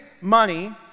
money